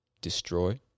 destroy